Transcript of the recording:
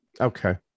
Okay